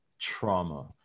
trauma